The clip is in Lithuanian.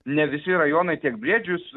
ne visi rajonai tiek briedžius